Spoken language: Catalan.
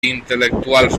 intel·lectuals